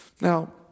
Now